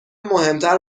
مهمتر